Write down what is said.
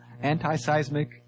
Anti-Seismic